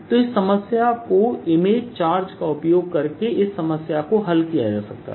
तो इस समस्या को इमेज चार्ज का उपयोग करके इस समस्या को हल किया जा सकता था